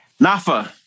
Nafa